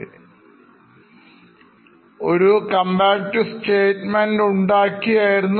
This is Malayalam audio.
നമ്മൾ ഒരു comparative statement ഉണ്ടാക്കിയിരുന്നു